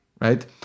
right